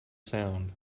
sound